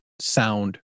sound